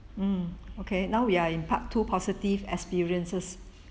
mm okay now we are in part two positive experiences